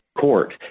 court